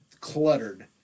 cluttered